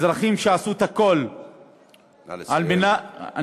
אזרחים שעשו את הכול על מנת, נא לסיים.